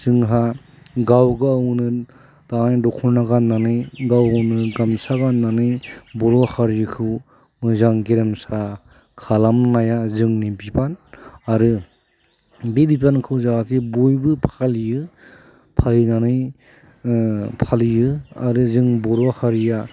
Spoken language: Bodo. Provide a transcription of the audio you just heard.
जोंहा गाव गावनो थारमाने दख'ना गाननानै गाव गावनो गामसा गाननानै बर' हारिखौ मोजां गेरेमसा खालामनाया जोंनि बिबान आरो बे बिबानखौ जाहाथे बयबो फालियो फालिनानै फालियो आरो जोंनि बर' हारिया